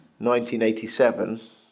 1987